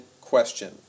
question